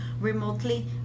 remotely